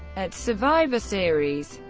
at survivor series,